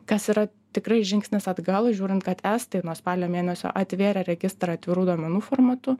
kas yra tikrai žingsnis atgal žiūrint kad estai nuo spalio mėnesio atvėrė registrą atvirų duomenų formatu